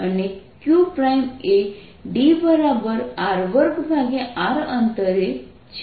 અને qએ dR2r અંતરે છે